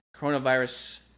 coronavirus